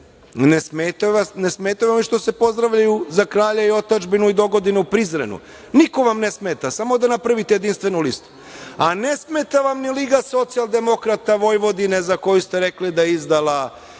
ne smetaju vam što ste se pozdravljaju „za kralja i otadžbinu“ i „dogodine u Prizrenu“. Niko vam ne smeta, samo da napravite jedinstvenu listu, a ne smeta vam ni liga Socijaldemokrata Vojvodine za koju ste rekli da je izdala